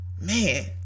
man